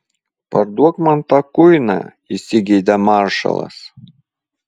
parduok man tą kuiną įsigeidė maršalas